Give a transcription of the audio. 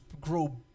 grow